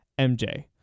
MJ